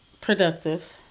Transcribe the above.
productive